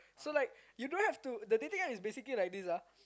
so like you don't have to the dating app is basically like this ah